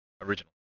original